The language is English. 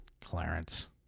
Clarence